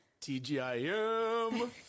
tgim